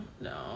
no